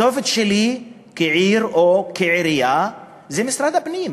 הכתובת שלי כעיר או כעירייה זה משרד הפנים.